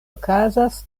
okazas